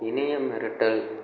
இணைய மிரட்டல்